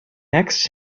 next